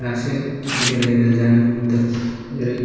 दासो एभेलेभेल जानो हमदों जेरै